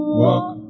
walk